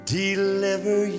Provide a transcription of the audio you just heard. deliver